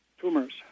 tumors